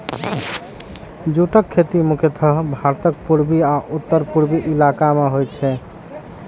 जूटक खेती मुख्यतः भारतक पूर्वी आ उत्तर पूर्वी इलाका मे होइ छै